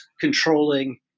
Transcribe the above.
controlling